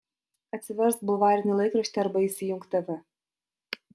atsiversk bulvarinį laikraštį arba įsijunk tv